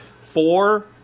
Four